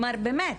באמת,